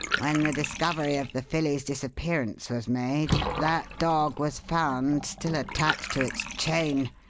when the discovery of the filly's disappearance was made that dog was found still attached to its chain,